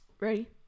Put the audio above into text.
Ready